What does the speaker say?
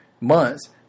months